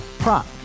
Prop